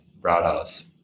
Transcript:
Broadhouse